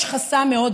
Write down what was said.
יש חסם נוסף,